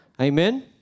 Amen